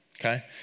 Okay